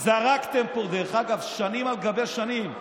וזרקתם פה, אגב, שנים על גבי שנים.